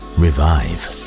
revive